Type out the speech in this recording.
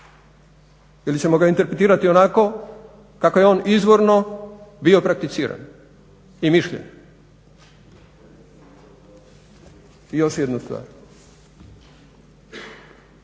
ili ćemo ga interpretirati onako kako je on izvorno bio prakticiran i mišljen. I još jedna stvar.